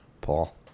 Paul